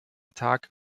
tag